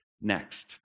next